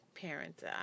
parents